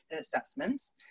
assessments